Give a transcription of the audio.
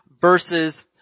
verses